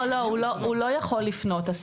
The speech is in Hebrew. הוא לא יכול לפנות, זה